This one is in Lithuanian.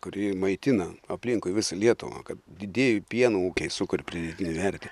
kuri maitina aplinkui visą lietuvą kad didieji pieno ūkiai sukuria pridėtinę vertę